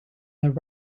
the